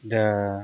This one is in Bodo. दा